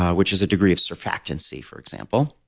which is a degree of surfactancy, for example.